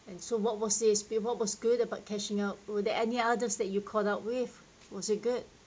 and so what was this what was good about catching up there any others that you caught up with was a good